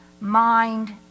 mind